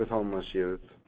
homeless youth.